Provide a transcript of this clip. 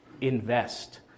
invest